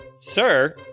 sir